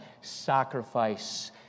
sacrifice